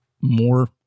more